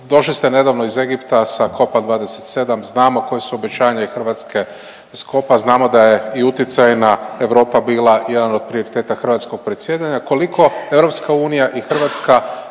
Došli ste nedavno iz Egipta sa COP27 znamo koja su obećanja i Hrvatske iz COP-a. Znamo da je i utjecajna Europa bila jedan od prioriteta hrvatskog predsjedanja.